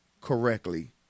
correctly